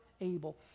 able